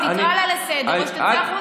תקרא אותה לסדר או שתצא החוצה.